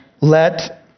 Let